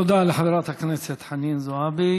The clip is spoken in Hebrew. תודה לחברת הכנסת חנין זועבי.